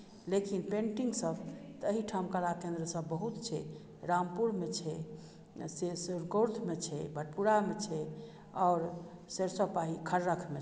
तऽ एहिठाम कला केन्द्र सब बहुत छै रामपुरमे छै आ से सरिकोर्थ मे भरपुरामे छै आओर सरिसव पाही खरख मे छै हमसब ओहिठामसँ